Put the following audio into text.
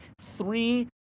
three